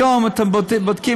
היום אתם בודקים,